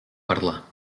parlar